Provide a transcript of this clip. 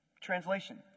Translation